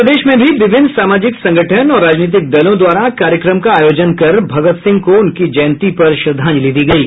प्रदेश में भी विभिन्न सामाजिक संगठन और राजनीतिक दलों द्वारा कार्यक्रम का आयोजन का भगत सिंह को उनकी जयंती पर श्रद्धांजलि दी गयी